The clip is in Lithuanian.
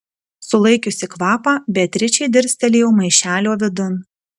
sulaikiusi kvapą beatričė dirstelėjo maišelio vidun